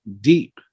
deep